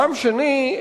טעם שני,